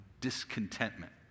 discontentment